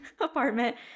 apartment